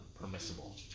permissible